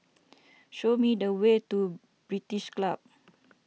show me the way to British Club